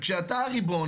וכשאתה הריבון,